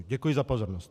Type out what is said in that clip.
Děkuji za pozornost.